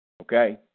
Okay